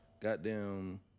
goddamn